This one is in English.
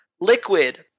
Liquid